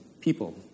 people